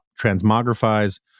transmogrifies